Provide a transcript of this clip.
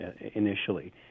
initially